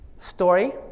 story